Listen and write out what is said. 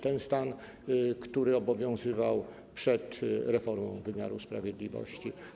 Ten stan, który obowiązywał przed reformą wymiaru sprawiedliwości.